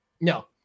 No